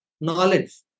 knowledge